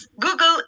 Google